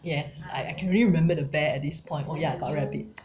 yes I I can really remember the bear at this point oh ya got rabbit